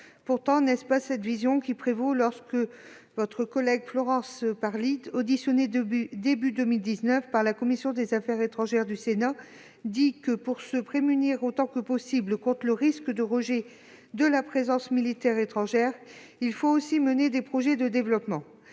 Pourtant, n'est-ce pas cette vision qui prévaut lorsque Florence Parly, auditionnée au début de l'année 2019 par la commission des affaires étrangères du Sénat, affirme que « pour se prémunir autant que possible contre le risque de rejet de la présence militaire étrangère, il faut aussi mener des projets de développement